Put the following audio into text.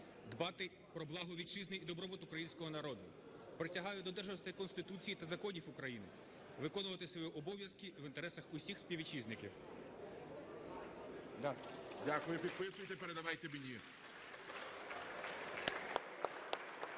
дбати про благо Вітчизни і добробут Українського народу. Присягаю додержуватися Конституції та законів України, виконувати свої обов'язки в інтересах усіх співвітчизників. (Оплески) ГОЛОВУЮЧИЙ. Дякую. Підписуйте, передавайте мені.